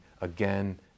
again